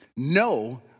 No